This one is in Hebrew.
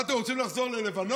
מה, אתם רוצים לחזור ללבנון?